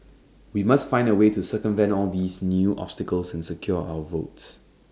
we must find A way to circumvent all these new obstacles and secure our votes